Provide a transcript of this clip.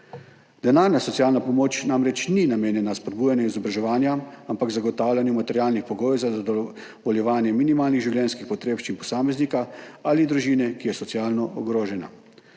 Denarna socialna pomoč namreč ni namenjena spodbujanju izobraževanja, ampak zagotavljanju materialnih pogojev za zadovoljevanje minimalnih življenjskih potrebščin posameznika ali družine, ki je socialno ogrožena.